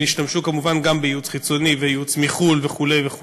והם השתמשו כמובן גם בייעוץ חיצוני וייעוץ מחו"ל וכו' וכו'.